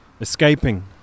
escaping